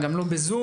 גם לא בזום.